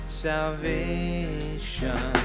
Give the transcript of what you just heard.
salvation